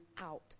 out